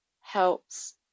helps